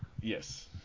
Yes